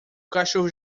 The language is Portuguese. cachorro